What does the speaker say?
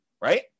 right